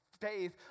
faith